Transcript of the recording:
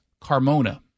Carmona